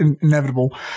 inevitable